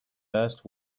first